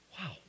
wow